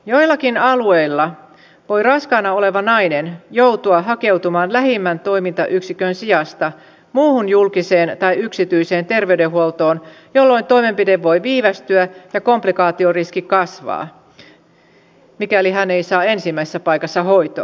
joillakin alueilla voi raskaana oleva nainen joutua hakeutumaan lähimmän toimintayksikön sijasta muuhun julkiseen tai yksityiseen terveydenhuoltoon jolloin toimenpide voi viivästyä ja komplikaatioriski kasvaa mikäli hän ei saa ensimmäisessä paikassa hoitoa